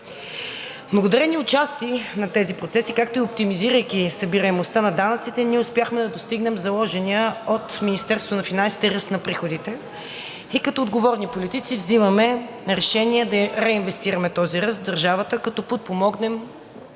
Благодарение отчасти на тези процеси, както и оптимизирайки събираемостта на данъците, ние успяхме да достигнем заложения от Министерството на финансите ръст на приходите и като отговорни политици взимаме решения да реинвестираме този ръст в държавата, като подпомогнем